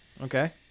Okay